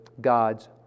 God's